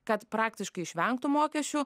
kad praktiškai išvengtų mokesčių